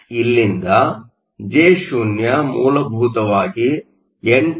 ಆದ್ದರಿಂದ ಇಲ್ಲಿಂದ Jo ಮೂಲಭೂತವಾಗಿ 8